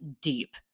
deep